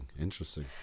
interesting